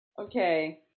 Okay